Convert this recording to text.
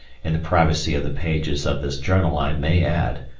in the privacy of the pages of this journal i may add,